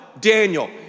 Daniel